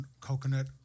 coconut